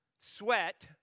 sweat